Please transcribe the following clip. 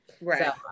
Right